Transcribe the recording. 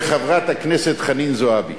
של חברת הכנסת חנין זועבי.